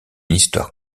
histoire